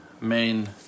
main